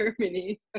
Germany